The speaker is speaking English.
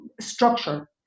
structure